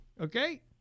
Okay